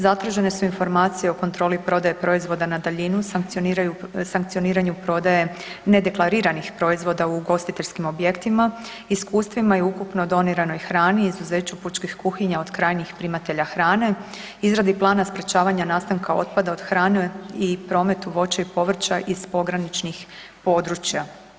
Zatražene su informacije o kontroli i prodaji proizvoda na daljinu, sankcioniranju prodaje nedeklariranih proizvoda u ugostiteljskim objektima, iskustvima i ukupno doniranoj hrani, izuzeću pučkih kuhinja od krajnjih primatelja hrane, izradi plana sprječavanja nastanka otpada od hrane i prometu voća i povrća iz pograničnih područja.